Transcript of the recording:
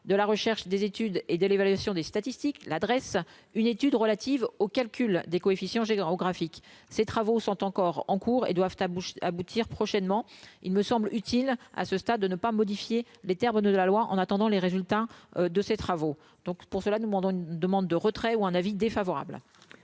de la recherche, des études et de l'évaluation des statistiques, l'adresse une étude relative au calcul des coefficients graphique, ces travaux sont encore en cours et doivent ta bouche aboutir prochainement, il me semble utile à ce stade, de ne pas modifier les termes de la loi, en attendant les résultats de ces travaux, donc, pour cela, nous demandons une demande de retrait ou un avis défavorable.